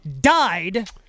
died